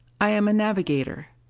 i am a navigator.